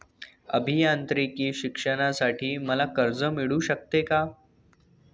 अभियांत्रिकी शिक्षणासाठी मला कर्ज मिळू शकते का?